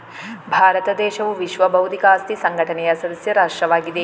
ಭಾರತ ದೇಶವು ವಿಶ್ವ ಬೌದ್ಧಿಕ ಆಸ್ತಿ ಸಂಘಟನೆಯ ಸದಸ್ಯ ರಾಷ್ಟ್ರವಾಗಿದೆ